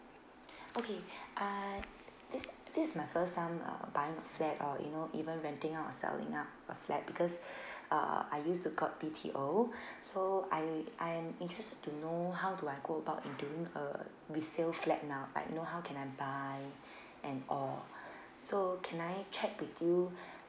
okay uh this this is my first uh buying a flat or you know even renting or selling out a flat because uh I used to got B_T_O so I I'm interested to know how do I go about in doing a resale flat now like know how can I buy and all so can I check with you